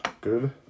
Good